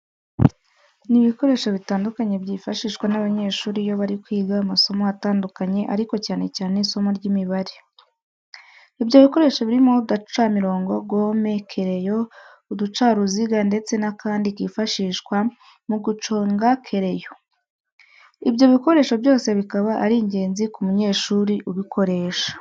Ni ibikoresho bitandukanye byifashishwa n'abanyeshuri iyo bari kwiga amasomo atandukanye ariko cyane cyane isimo ry'Imibare. ibyo bikoresho birimo uducamirongo, gome, kereyo, uducaruziga ndetse n'akandi kifashishwa mu guconga kereyo. Ibyo bikoresho byose bikaba ari ingenzi ku munyeshuri ubukoresha.